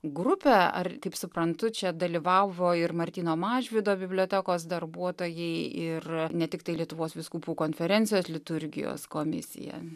grupę ar kaip suprantu čia dalyvavo ir martyno mažvydo bibliotekos darbuotojai ir ne tiktai lietuvos vyskupų konferencijos liturgijos komisija